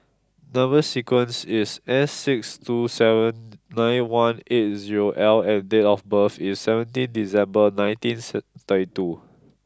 number sequence is S six two seven nine one eight zero L and date of birth is seventeen December nineteen seed thirty two